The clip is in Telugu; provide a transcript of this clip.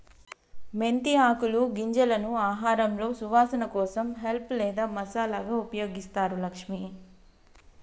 మెంతి ఆకులు గింజలను ఆహారంలో సువాసన కోసం హెల్ప్ లేదా మసాలాగా ఉపయోగిస్తారు లక్ష్మి